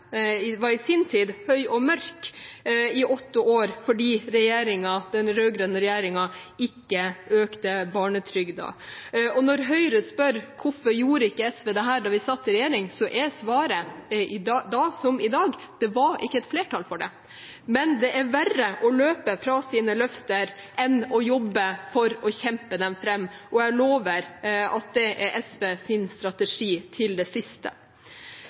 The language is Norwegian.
høy og mørk i åtte år fordi den rød-grønne regjeringen ikke økte barnetrygden. Og når Høyre spør hvorfor SV ikke gjorde dette da de satt i regjering, er svaret er: Det var ikke flertall for det da – som i dag. Men det er verre å løpe fra sine løfter enn å jobbe for å kjempe dem fram. Og jeg lover at det er SVs strategi til det siste.